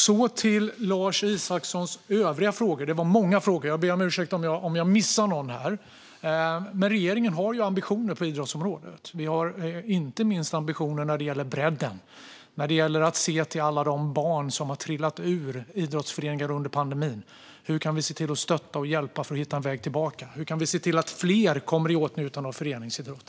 Nu till Lars Isacssons övriga frågor. De var många, och jag ber om ursäkt om jag missar någon. Regeringen har ambitioner på idrottsområdet, inte minst när det gäller bredden och alla barn som har trillat ur idrottsföreningar under pandemin. Hur kan vi stötta och hjälpa dem så att de hittar en väg tillbaka? Hur kan vi se till att fler kommer i åtnjutande av föreningsidrott?